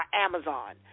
Amazon